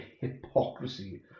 Hypocrisy